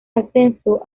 ascenso